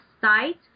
site